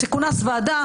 תכונס ועדה,